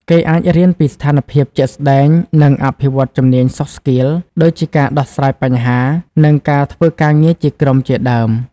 គេអាចរៀនពីស្ថានភាពជាក់ស្តែង និងអភិវឌ្ឍជំនាញ "Soft Skills" ដូចជាការដោះស្រាយបញ្ហា និងការធ្វើការងារជាក្រុមជាដើម។